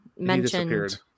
mentioned